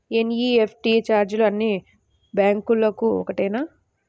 NEFT ఛార్జీలు అన్నీ బ్యాంక్లకూ ఒకటేనా?